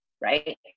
right